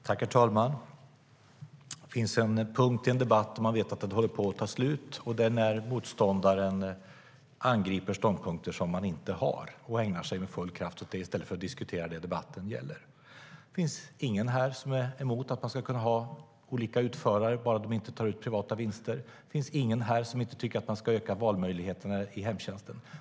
Herr talman! Det finns en punkt i debatten när man vet att den håller på att ta slut, och det är när motståndaren angriper ståndpunkter man inte har och ägnar sig med full kraft åt det i stället för att diskutera det som debatten gäller. Det finns ingen här som är emot att man ska kunna ha olika utförare, bara de inte tar ut privata vinster. Det finns ingen här som inte tycker att man ska öka valmöjligheterna i hemtjänsten.